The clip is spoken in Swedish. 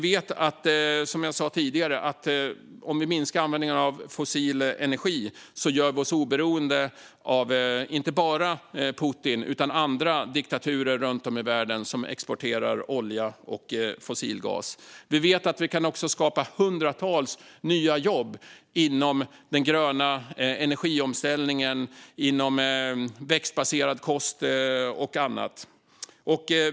Vi vet, som jag sa tidigare, att om vi minskar användningen av fossil energi gör vi oss oberoende av inte bara Putin utan även av andra diktaturer runt om i världen som exporterar olja och fossil gas. Vi vet att vi också kan skapa hundratals nya jobb inom den gröna energiomställningen, inom växtbaserad kost och annat.